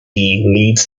leads